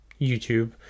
YouTube